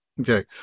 Okay